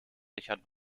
richard